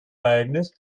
ereignis